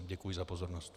Děkuji za pozornost.